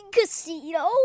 Casino